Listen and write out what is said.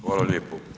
Hvala lijepo.